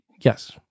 yes